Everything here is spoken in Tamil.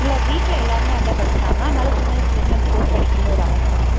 இல்லை வீட்டில் எல்லாரும் அதான் படிச்சாங்க அதனால் சின்ன வயதுலேந்து அந்த கோர்ஸ் படிக்கணும்னு ஒரு ஆசை